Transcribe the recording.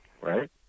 right